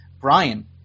Brian